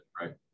right